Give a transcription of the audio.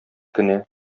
кенә